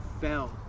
fell